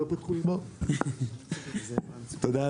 תודה,